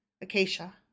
acacia